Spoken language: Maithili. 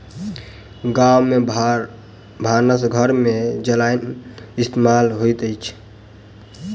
गाम में भानस घर में जारैन इस्तेमाल होइत अछि